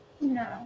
No